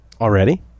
Already